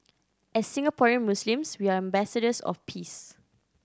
as Singaporean Muslims we are ambassadors of peace